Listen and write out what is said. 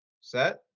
Set